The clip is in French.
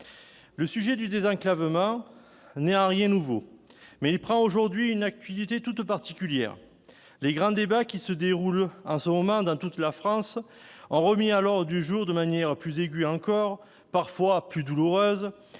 Le sujet du désenclavement n'est en rien nouveau, mais il revêt aujourd'hui une acuité toute particulière. Les grands débats qui se déroulent en ce moment dans toute la France l'ont remis à l'ordre du jour de manière plus aiguë encore, parfois plus douloureuse,